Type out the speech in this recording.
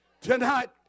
Tonight